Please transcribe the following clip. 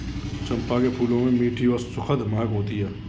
चंपा के फूलों में मीठी और सुखद महक होती है